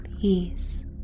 peace